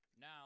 Now